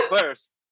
first